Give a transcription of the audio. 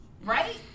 Right